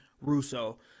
Russo